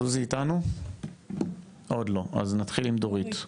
סוזי עוד לא אתנו, אז נתחיל עם דורית.